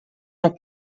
não